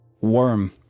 Worm